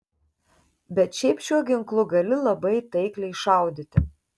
bet šiaip šiuo ginklu gali labai taikliai šaudyti